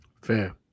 Fair